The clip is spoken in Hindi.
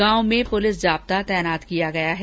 गांव में पुलिस जाब्ता तैनात किया गया है